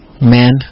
man